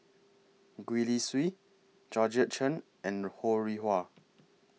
Gwee Li Sui Georgette Chen and Ho Rih Hwa